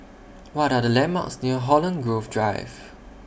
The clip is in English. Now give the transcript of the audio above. What Are The landmarks near Holland Grove Drive